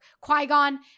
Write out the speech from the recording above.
Qui-Gon